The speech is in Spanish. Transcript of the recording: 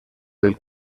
del